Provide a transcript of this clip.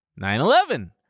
9-11